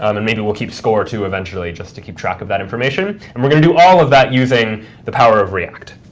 um and maybe we'll keep score too, eventually, just to keep track of that information. and we're going to do all of that using the power of react.